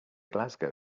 glasgow